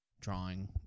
drawing